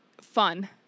Fun